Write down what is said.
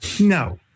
No